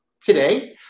today